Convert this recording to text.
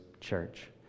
church